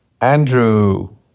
Andrew